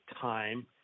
time